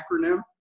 acronym